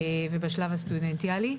ובשלב הסטודנטיאלי.